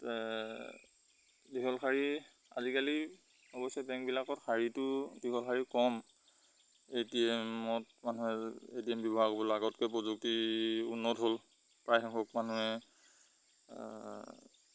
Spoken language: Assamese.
দীঘল শাৰী আজিকালি অৱশ্যে বেংকবিলাকত শাৰীটো দীঘল শাৰী কম এ টিএমত মানুহে এ টি এম ব্যৱহাৰ কৰিব আগতকৈ প্ৰযুক্তি উন্নত হ'ল প্ৰায়সেংখ্যক মানুহে